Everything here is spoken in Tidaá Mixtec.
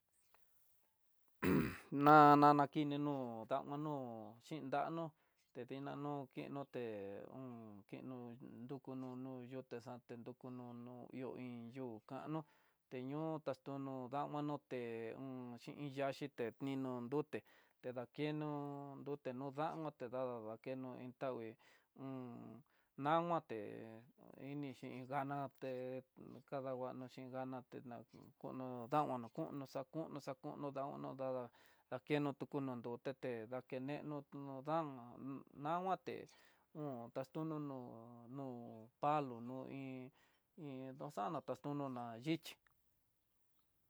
Na na kini no'ó, danguno xhin ndanó, tedina no kennoté un dukuno yoté xante ta nrekuno no'o iin yuu kano, ñoo taxtono dama no xhin iin yaxii te nindo duté dakeno nruté no dama te dakeno intángui un, namaté inichi ganaté kadanguano xhin gana té na kono damanró konro xakuno xakuno xakuno damano dada akeno takuno ndoté, té dakeno no dama namangua té un taxtuno no palo no iin iin xana taxuno na yixhi.